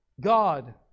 God